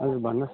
ए भन्नुहोस्